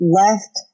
left